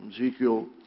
Ezekiel